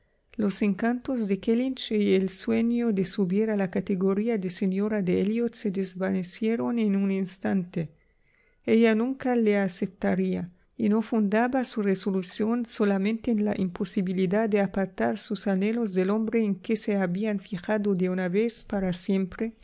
los encantos de kellynch y el sueño de subir a la categoría de señora de elliot se desvanecieron en un instante ella nunca le aceptaría y no fundaba su resolución solamente en la imposibilidad de apartar sus anhelos del hombre en que se habían fijado de una vez para siempre